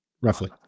roughly